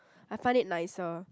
I find it nicer